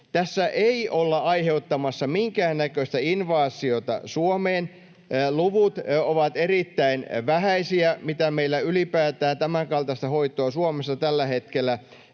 Tässä ei olla aiheuttamassa minkäännäköistä invaasiota Suomeen. Luvut ovat erittäin vähäisiä, mitä meillä ylipäätään tämänkaltaista hoitoa Suomessa tällä hetkellä